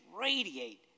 radiate